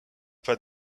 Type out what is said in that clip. pas